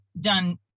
done